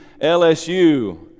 LSU